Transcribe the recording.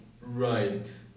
Right